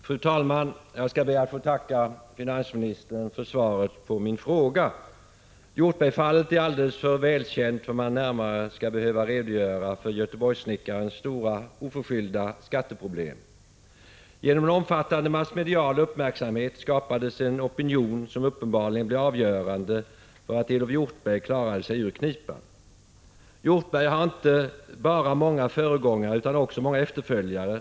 Fru talman! Jag skall be att få tacka finansministern för svaret på min fråga. Hjortbergfallet är alldeles för välkänt för att man närmare skall behöva redogöra för göteborgssnickarens stora och oförskyllda skatteproblem. Genom en omfattande massmedial uppmärksamhet skapades en opinion som uppenbarligen blev avgörande för att Elof Hjortberg klarade sig ur knipan. Hjortberg har inte bara många föregångare utan också många efterföljare Prot.